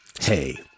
Hey